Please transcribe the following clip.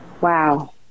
Wow